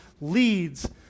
leads